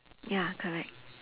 ya correct